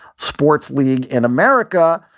sports league in america,